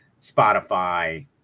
spotify